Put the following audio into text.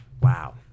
wow